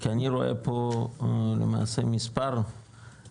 כי אני רואה פה למעשה מספר צירים,